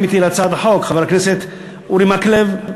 אתי להצעת החוק: חברי הכנסת אורי מקלב,